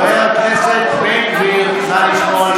תראה מה הוא צועק.